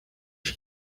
she